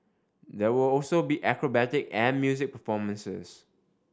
there will also be acrobatic and music performances